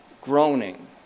groaning